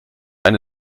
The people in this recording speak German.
eine